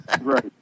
Right